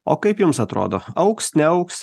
o kaip jums atrodo augs neaugs